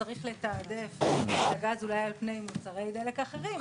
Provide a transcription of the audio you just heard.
אז צריך לתעדף את הגז אולי על פני מוצרי דלק אחרים,